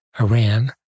Iran